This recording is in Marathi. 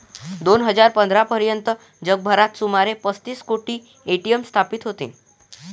दोन हजार पंधरा पर्यंत जगभरात सुमारे पस्तीस कोटी ए.टी.एम स्थापित होते